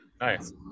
Nice